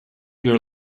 your